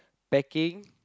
packing